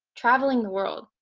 traveling the world.